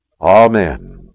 Amen